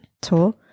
tour